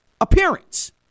appearance